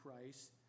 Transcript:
price